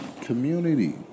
Community